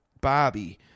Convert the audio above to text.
Bobby